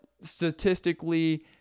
statistically